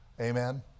Amen